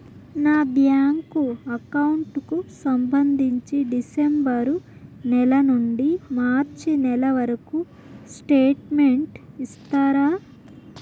నా bank account కు సంబంధించి డిసెంబరు నెల నుండి మార్చి నెలవరకు స్టేట్మెంట్ ఇస్తారా?